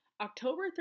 October